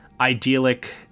idyllic